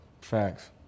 Facts